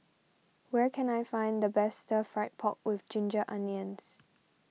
where can I find the best Stir Fried Pork with Ginger Onions